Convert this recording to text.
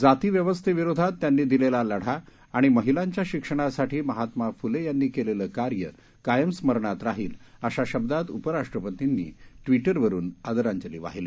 जातीव्यवस्थेविरोधात त्यांनी दिलेला लढा आणि महिलांच्या शिक्षणासाठी महात्मा फुले यांनी केलेलं कार्य कायम स्मरणात राहील अशा शब्दात उपराष्ट्रपतींनी ट्विटरवरून आदरांजली वाहिली